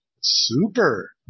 super